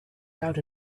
loud